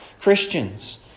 Christians